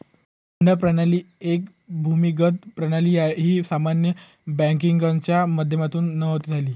हुंडी प्रणाली एक भूमिगत प्रणाली आहे, ही सामान्य बँकिंगच्या माध्यमातून नव्हती झाली